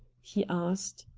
he asked.